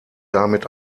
damit